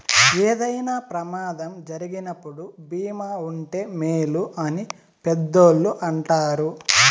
ఏదైనా ప్రమాదం జరిగినప్పుడు భీమా ఉంటే మేలు అని పెద్దోళ్ళు అంటారు